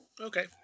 Okay